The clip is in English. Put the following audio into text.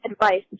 advice